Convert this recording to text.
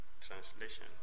Translation